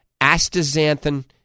astaxanthin